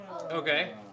Okay